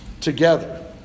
together